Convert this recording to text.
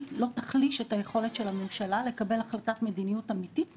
לא תחליש את היכולת של הממשלה לקבל החלטת מדיניות אמיתית בנושא.